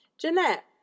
Jeanette